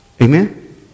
Amen